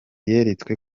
yeretswe